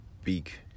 speak